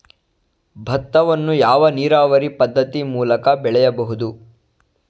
ಭತ್ತವನ್ನು ಯಾವ ನೀರಾವರಿ ಪದ್ಧತಿ ಮೂಲಕ ಬೆಳೆಯಬಹುದು?